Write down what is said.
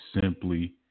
simply